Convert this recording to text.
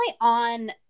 on